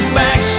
back